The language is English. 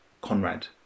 Conrad